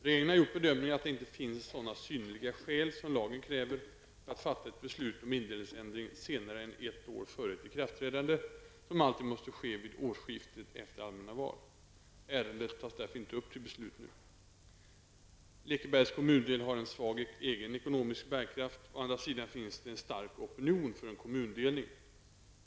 Regeringen har gjort bedömningen att det inte finns sådana synnerliga skäl som lagen kräver för att fatta ett beslut om indelningsändring senare än ett år före ett ikraftträdande, som alltid måste ske vid årsskiftet efter allmänna val. Ärendet tas därför inte upp till beslut nu. Lekebergs kommundel har en svag egen ekonomisk bärkraft. Å andra sidan finns det en stark opinion för en kommundelning.